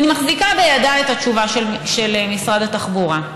אני מחזיקה בידי את התשובה של משרד התחבורה,